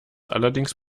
allerdings